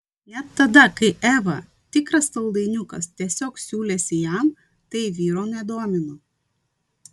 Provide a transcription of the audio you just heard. net tada kai eva tikras saldainiukas tiesiog siūlėsi jam tai vyro nedomino